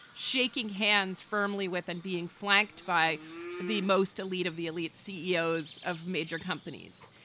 shaking hands firmly with and being flanked by the most elite of the elite ceos of major companies.